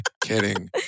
kidding